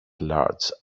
large